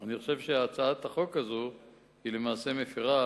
שאני חושב שהצעת החוק הזו למעשה מפירה